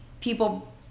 people